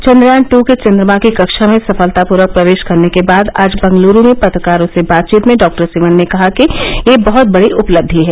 Chandrayaan two के चन्द्रमा की कक्षा में सफलतापूर्वक प्रवेश करने के बाद आज बंगलुरू में पत्रकारों से बातचीत में डॉक्टर सिवन ने कहा कि यह बह्त बड़ी उपलब्धि है